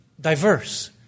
diverse